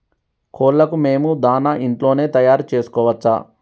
కోళ్లకు మేము దాణా ఇంట్లోనే తయారు చేసుకోవచ్చా?